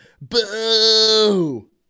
boo